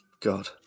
God